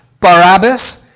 Barabbas